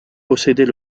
possédait